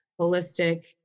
holistic